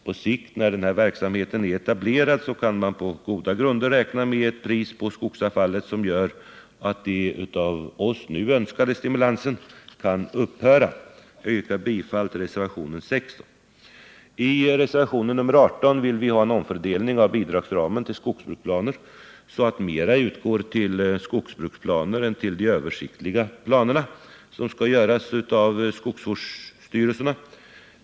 På sikt, när verksamheten är etablerad, kan man på goda grunder räkna med ett pris på skogsavfallet som gör att den nu av oss önskade stimulansen kan upphöra. Jag yrkar bifall till reservationen 16. I reservationen 18 vill vi ha en omfördelning av bidragsramen till skogsbruksplaner så att mera utgår till dessa än till de översiktliga planer som skall kunna utföras av skogsvårdsstyrelsen.